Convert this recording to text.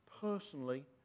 personally